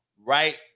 right